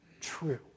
true